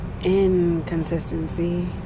Inconsistency